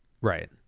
right